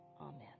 amen